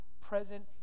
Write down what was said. Present